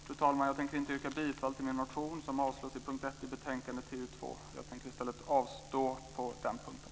Fru talman! Jag tänker inte yrka bifall till min motion som avstyrks i punkt 1 i betänkande TU2. Jag tänker i stället avstå på den punkten.